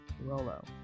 Rolo